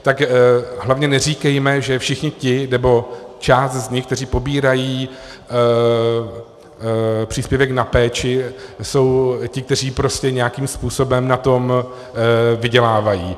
Tak hlavně neříkejme, že všichni ti, nebo část z nich, kteří pobírají příspěvek na péči, jsou ti, kteří prostě nějakým způsobem na tom vydělávají.